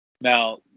Now